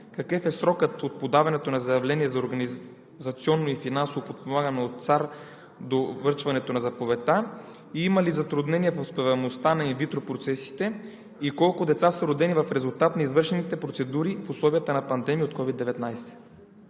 Какъв е срокът от подаването на заявление за организационно и финансово подпомагане от Центъра за асистирана репродукция до връчването на заповедта? Има ли затруднения в успеваемостта на инвитро процесите и колко деца са родени в резултат на извършените процедури в условията на пандемия от COVID-19?